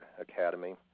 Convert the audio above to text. Academy